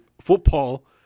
football